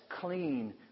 clean